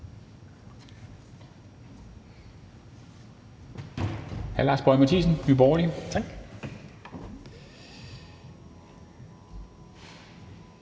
Hr. Lars Boje Mathiesen, Nye Borgerlige. Kl.